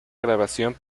grabación